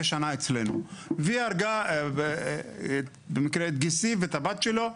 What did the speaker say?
שנה אצלנו והיא הרגה במקרה את גיסי ואת הבת שלו.